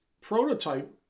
prototype